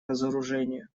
разоружению